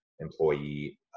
employee